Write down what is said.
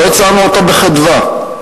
לא הצענו אותה בחדווה,